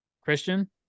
Christian